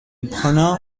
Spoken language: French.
bruno